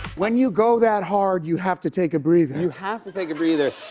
when you go that hard, you have to take a breather. you have to take a breather.